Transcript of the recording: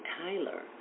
Tyler